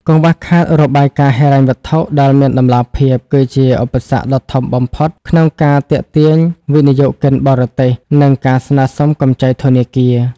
កង្វះខាតរបាយការណ៍ហិរញ្ញវត្ថុដែលមានតម្លាភាព គឺជាឧបសគ្គដ៏ធំបំផុតក្នុងការទាក់ទាញវិនិយោគិនបរទេស និងការស្នើសុំកម្ចីធនាគារ។